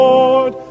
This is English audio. Lord